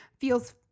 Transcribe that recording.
feels